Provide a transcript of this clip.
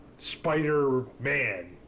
spider-man